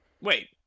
wait